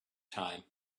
time